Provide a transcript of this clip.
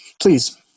please